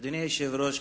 אדוני היושב-ראש,